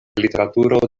literaturo